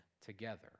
together